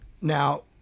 Now